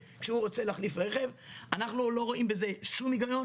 הקצנו את אותו סכום.